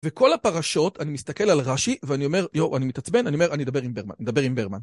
וכל הפרשות אני מסתכל על רשי ואני אומר, יואו, אני מתעצבן, אני אומר, אני אדבר עם ברמן, אני אדבר עם ברמן.